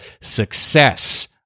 success